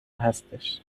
هستش